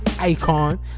icon